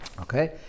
Okay